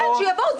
כן, שיבואו.